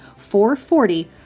440